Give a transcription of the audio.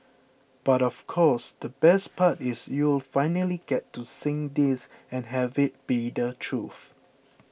but of course the best part is you'll finally get to sing this and have it be the truth